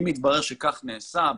אם יתברר שכך נעשה,